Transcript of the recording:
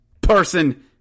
person